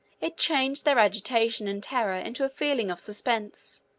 it changed their agitation and terror into a feeling of suspense,